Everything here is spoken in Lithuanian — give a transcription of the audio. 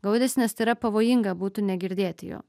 gaudesį nes tai yra pavojinga būtų negirdėti jo